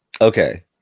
Okay